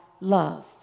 love